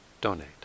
donate